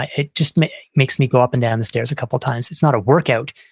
ah it just makes me go up and down the stairs a couple of times. it's not a workout,